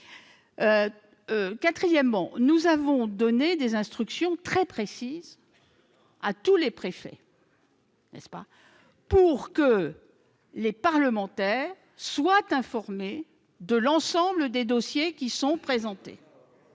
Quatrièmement, nous avons donné des instructions très précises à tous les préfets pour que les parlementaires soient informés de l'ensemble des dossiers présentés.